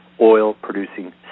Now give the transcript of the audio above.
oil-producing